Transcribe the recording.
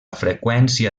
freqüència